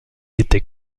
était